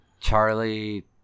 Charlie